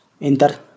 Enter